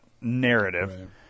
narrative